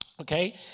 okay